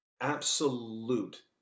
absolute